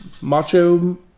Macho